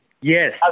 yes